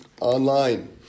online